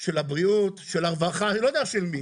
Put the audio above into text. של הבריאות, של הרווחה, אני לא יודע של מי.